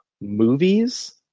movies